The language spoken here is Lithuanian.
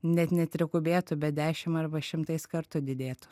net ne trigubėtų bet dešimt arba šimtais kartų didėtų